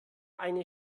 eine